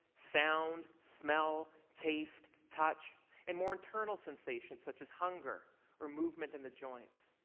sound, smell, taste, touch and more internal sensations, such as hunger or movement in the joints.